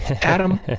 Adam